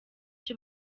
icyo